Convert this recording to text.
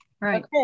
Right